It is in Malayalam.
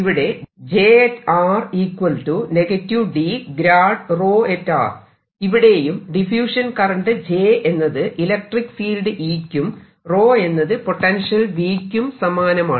ഇവിടെ ഇവിടെയും ഡിഫ്യൂഷൻ കറന്റ് j എന്നത് ഇലക്ട്രിക്ക് ഫീൽഡ് E യ്ക്കും ρ എന്നത് പൊട്ടൻഷ്യൽ V യ്ക്കും സമാനമാണ്